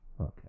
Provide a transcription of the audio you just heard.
Okay